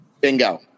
Bingo